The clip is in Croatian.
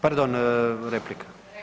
Pardon, replika.